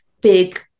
big